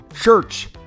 church